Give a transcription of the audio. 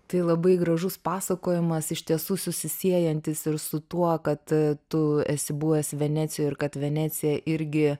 tai labai gražus pasakojimas iš tiesų susisiejantis ir su tuo kad tu esi buvęs venecijoj ir kad venecija irgi